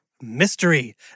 Mystery